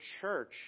church